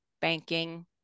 banking